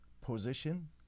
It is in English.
position